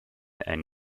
and